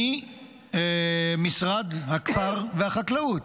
ממשרד הכפר והחקלאות.